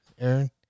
Aaron